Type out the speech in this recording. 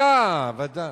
חסויה, ודאי.